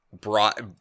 brought